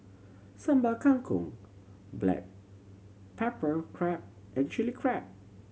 Sambal Kangkong black pepper crab and Chilli Crab